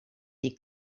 die